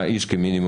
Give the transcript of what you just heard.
זה משהו אחר.